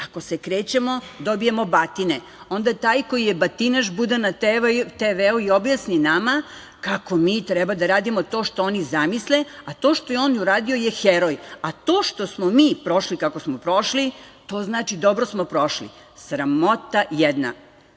Ako se krećemo, dobijemo batine. Onda taj koji je batinaš bude na TV i objasni nama kako mi treba da radimo to što oni zamisle, a to za to što je on uradio je heroj. To što smo mi prošli kako smo prošli to znači da smo dobro prošli. Sramota jedna. Palili